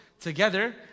together